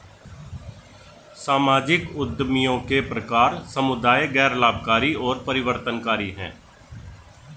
सामाजिक उद्यमियों के प्रकार समुदाय, गैर लाभकारी और परिवर्तनकारी हैं